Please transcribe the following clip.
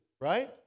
right